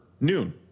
noon